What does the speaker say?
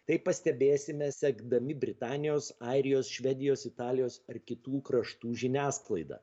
tai pastebėsime sekdami britanijos airijos švedijos italijos ar kitų kraštų žiniasklaidą